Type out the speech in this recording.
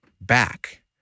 back